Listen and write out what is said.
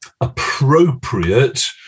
appropriate